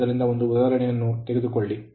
ಆದ್ದರಿಂದ ಒಂದು ಉದಾಹರಣೆಯನ್ನು ತೆಗೆದುಕೊಳ್ಳಿ